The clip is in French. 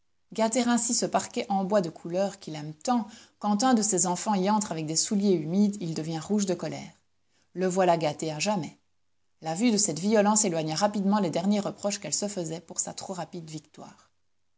gâter ainsi ce parquet en bois de couleur qu'il aime tant quand un de ses enfants y entre avec des souliers humides il devient rouge de colère le voilà gâté à jamais la vue de cette violence éloigna rapidement les derniers reproches qu'elle se faisait pour sa trop rapide victoire